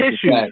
Tissue